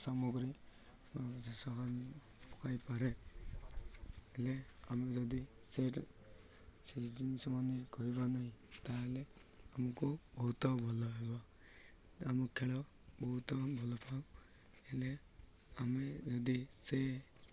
ସାମଗ୍ରୀଷ କପାରେ ହେଲେ ଆମେ ଯଦି ସେ ସେ ଜିନିଷ ମାନେ କହିବା ନାହିଁ ତାହେଲେ ଆମକୁ ବହୁତ ଭଲ ହେବ ଆମ ଖେଳ ବହୁତ ଭଲ ପାାଉ ହେଲେ ଆମେ ଯଦି ସେ